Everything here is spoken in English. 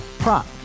Prop